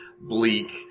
bleak